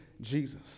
Jesus